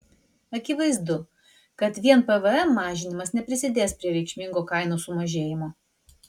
akivaizdu kad vien pvm mažinimas neprisidės prie reikšmingo kainų sumažėjimo